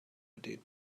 did